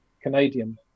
Canadian